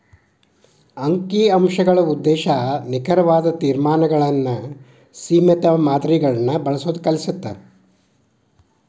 ಅಂಕಿ ಅಂಶಗಳ ಉದ್ದೇಶ ನಿಖರವಾದ ತೇರ್ಮಾನಗಳನ್ನ ಸೇಮಿತ ಮಾದರಿಗಳನ್ನ ಬಳಸೋದ್ ಕಲಿಸತ್ತ